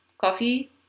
coffee